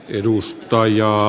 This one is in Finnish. arvoisa puhemies